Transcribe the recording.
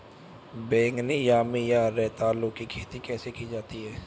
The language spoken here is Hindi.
बैगनी यामी या रतालू की खेती कैसे की जाती है?